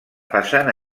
façana